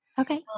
Okay